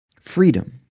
Freedom